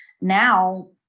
Now